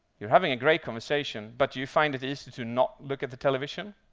you're having a great conversation, but do you find it easy to not look at the television?